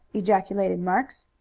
ejaculated marks.